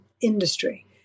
industry